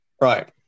Right